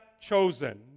chosen